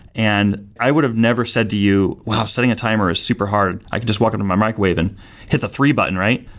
and i would have never said to you, wow, setting a timer is super hard. i could just walk up to my microwave and hit the three button, right?